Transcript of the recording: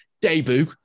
debut